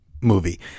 movie